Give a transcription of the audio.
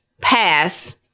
Pass